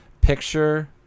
picture